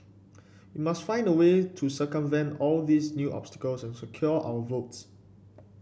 we must find a way to circumvent all these new obstacles and secure our votes